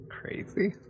crazy